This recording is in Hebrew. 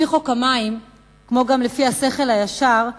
לפי חוק המים, כמו גם לפי השכל הישר,